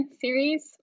series